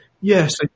Yes